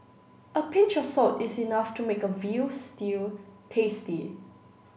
a pinch of salt is enough to make a veal stew tasty